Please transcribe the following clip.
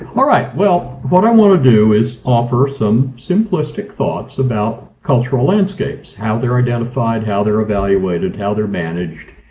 all right, well what i want to do is offer some simplistic thoughts about cultural landscapes how they're identified, how they're evaluated, how they're managed.